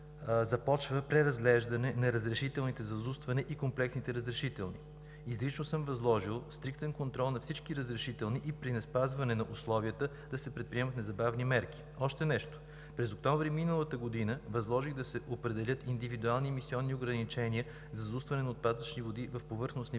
започва преразглеждане на разрешителните за заустване и комплексните разрешителни. Изрично съм възложил стриктен контрол на всички разрешителни и при неспазване на условията да се предприемат незабавни мерки. Още нещо, през месец октомври миналата година възложих да се определят индивидуални емисионни ограничения за заустване на отпадъчни води в повърхностни водни